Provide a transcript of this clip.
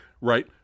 Right